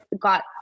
got